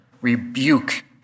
rebuke